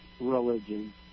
religion